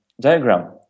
diagram